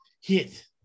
hit